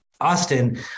Austin